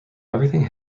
everything